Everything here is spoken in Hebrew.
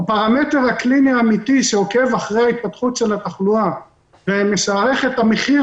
הפרמטר הקליני האמיתי שעוקב אחרי ההתפתחות של התחלואה ומשערך את המחיר